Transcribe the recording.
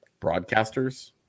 broadcasters